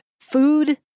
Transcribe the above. food